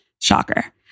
Shocker